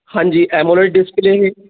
हाँ जी AMOLED display है